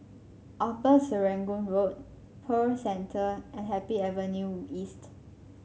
Upper Serangoon Road Pearl Centre and Happy Avenue East